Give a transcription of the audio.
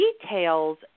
details